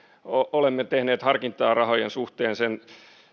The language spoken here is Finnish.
olemme tehneet harkintaa rahojen suhteen sen